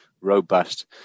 robust